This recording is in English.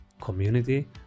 community